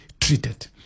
treated